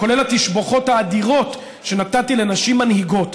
כולל התשבחות האדירות שנתתי לנשים מנהיגות,